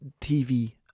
TV